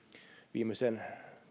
viimeisten